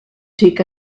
take